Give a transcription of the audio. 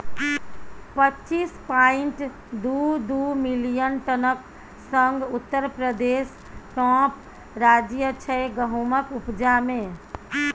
पच्चीस पांइट दु दु मिलियन टनक संग उत्तर प्रदेश टाँप राज्य छै गहुमक उपजा मे